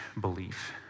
belief